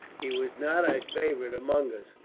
he was not a favourite among us,